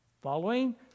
Following